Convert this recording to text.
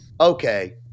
okay